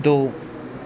ਦੋ